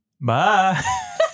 Bye